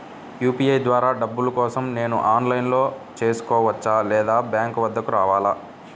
UPI ద్వారా డబ్బులు కోసం నేను ఆన్లైన్లో చేసుకోవచ్చా? లేదా బ్యాంక్ వద్దకు రావాలా?